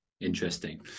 interesting